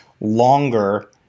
longer